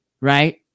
Right